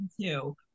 two